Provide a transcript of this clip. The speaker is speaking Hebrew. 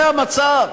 זה המצב.